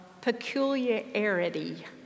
peculiarity